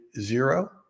zero